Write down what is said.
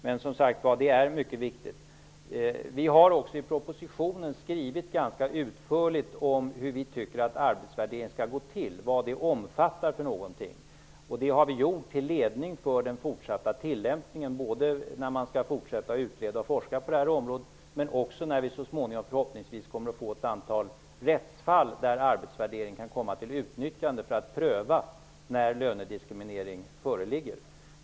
Men frågan är viktig. Regeringen har också i propositionen ganska utförligt skrivit hur vi i regeringen tycker att arbetsvärdering skall gå till och vad den skall omfatta. Det har vi gjort till ledning för den fortsatta tillämpningen både när man skall fortsätta utreda och forska på detta område och när man förhoppningsvis kommer att få ett antal rättsfall där arbetsvärdering kan komma till utnyttjande för att pröva när lönediskriminering föreligger.